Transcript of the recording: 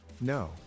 No